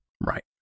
Right